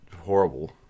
horrible